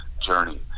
journey